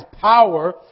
power